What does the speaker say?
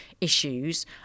issues